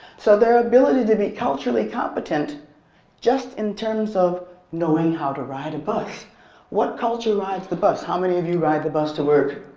so their ability to be culturally competent just in terms of knowing how to ride a bus what culture rides the bus? how many of you ride the bus to work?